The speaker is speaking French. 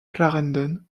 clarendon